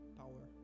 power